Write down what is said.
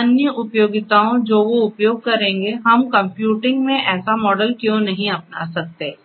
अन्य उपयोगिताओं जो वे उपयोग करेंगे हम कंप्यूटिंग में ऐसा मॉडल क्यों नहीं अपना सकते हैं